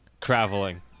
traveling